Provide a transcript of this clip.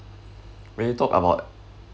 when you talk about